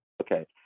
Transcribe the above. Okay